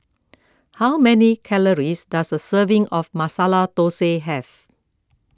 how many calories does a serving of Masala Dosa have